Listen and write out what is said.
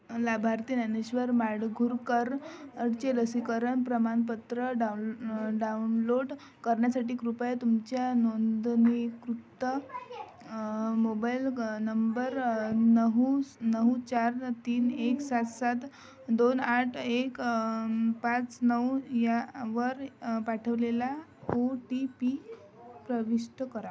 लाभार्थी ज्ञानेश्वर माडगूळकर चे लसीकरण प्रमाणपत्र डाउनलोड डाऊन डाऊनलोट करण्यासाठी कृपया तुमच्या नोंदणीकृत मोबाईल क नंबर नऊ नऊ चार तीन एक सात सात दोन आठ एक पाच नऊ यावर पाठवलेला ओ टी पी प्रविष्ट करा